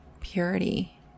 purity